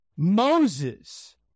Moses